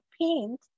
paint